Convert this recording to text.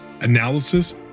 analysis